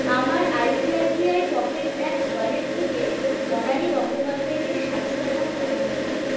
আমার I C I C I Pockets app wallet থেকে বনানী গঙ্গোপাধ্যায়কে সাতশো টাকা স্থানান্তর করুন